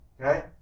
Okay